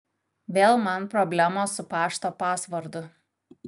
vėl man problemos su pašto pasvordu